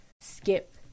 skip